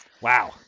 Wow